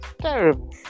Terrible